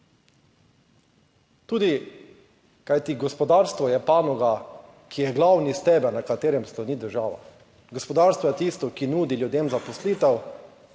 Kajti, gospodarstvo je panoga, ki je glavni steber na katerem stoji država. Gospodarstvo je tisto, ki nudi ljudem zaposlitev.